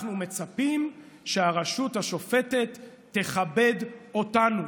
ואנחנו מצפים שהרשות השופטת תכבד אותנו.